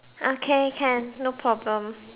okay can no problem